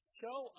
show